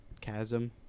chasm